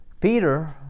peter